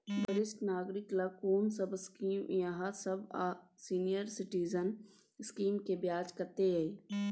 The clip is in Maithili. वरिष्ठ नागरिक ल कोन सब स्कीम इ आहाँ लग आ सीनियर सिटीजन स्कीम के ब्याज कत्ते इ?